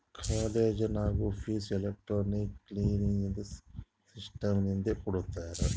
college ನಾಗೂ fees electronic clearing system ಲಿಂತೆ ಕಟ್ಗೊತ್ತಾರ್